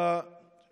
אומר